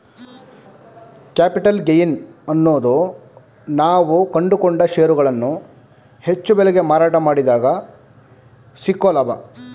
capital gain ಅನ್ನೋದು ನಾವು ಕೊಂಡುಕೊಂಡ ಷೇರುಗಳನ್ನು ಹೆಚ್ಚು ಬೆಲೆಗೆ ಮಾರಾಟ ಮಾಡಿದಗ ಸಿಕ್ಕೊ ಲಾಭ